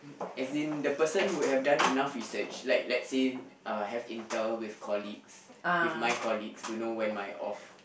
as in the person would have done enough research like let's say uh have Intel with colleagues with my colleagues to know when I'm off